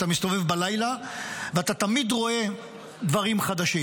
אתה מסתובב בלילה ואתה תמיד רואה דברים חדשים,